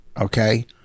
okay